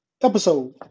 episode